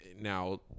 now